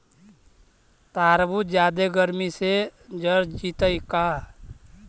तारबुज जादे गर्मी से जर जितै का?